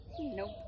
Nope